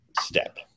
step